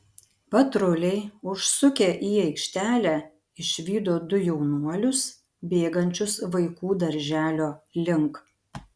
patruliai užsukę į aikštelę išvydo du jaunuolius bėgančius vaikų darželio link